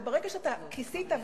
וברגע שאתה כיסית,